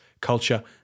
culture